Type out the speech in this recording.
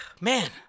Man